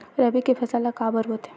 रबी के फसल ला काबर बोथे?